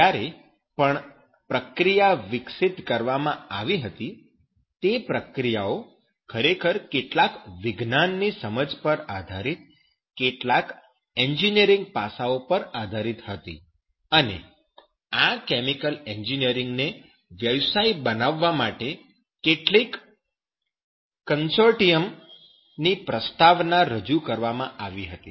જ્યારે પણ પ્રક્રિયા વિકસિત કરવામાં આવી હતી તે પ્રક્રિયાઓ ખરેખર કેટલાક વિજ્ઞાનની સમજ પર આધારિત કેટલાક એન્જિનિયરીંગ પાસા પર આધારિત હતી અને આ કેમિકલ એન્જિનિયરીંગ ને વ્યવસાય બનાવવા માટે કેટલીક કન્સોર્ટિયમ ની પ્રસ્તાવના રજૂ કરવામાં આવી હતી